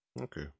Okay